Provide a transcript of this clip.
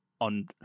on